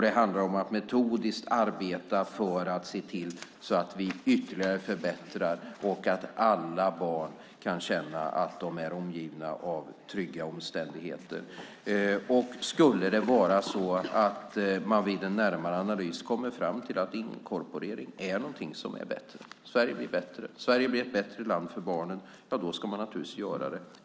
Det handlar om att metodiskt arbeta för att se till så att vi ytterligare förbättrar för barnen och att alla barn kan känna att de lever under trygga omständigheter. Skulle det vara så att man vid en närmare analys kommer fram till att inkorporering är bättre, att Sverige blir ett bättre land för barnen, ska man naturligtvis göra det.